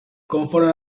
conforme